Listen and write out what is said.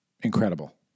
incredible